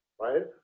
right